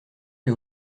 que